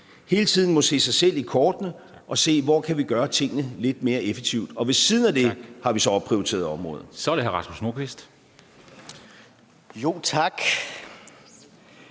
hele tiden må se sig selv i kortene og se på, hvor man kan gøre tingene lidt mere effektivt. Og ved siden af det har vi så opprioriteret området.